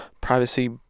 privacy